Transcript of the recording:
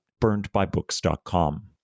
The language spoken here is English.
burnedbybooks.com